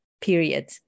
period